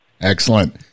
Excellent